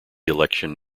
election